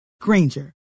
Granger